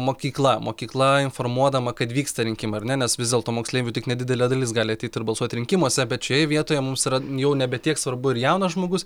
mokykla mokykla informuodama kad vyksta rinkimai ar ne nes vis dėlto moksleivių tik nedidelė dalis gali ateiti ir balsuoti rinkimuose bet šioje vietoje mums yra jau nebe tiek svarbu ir jaunas žmogus